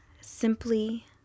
simply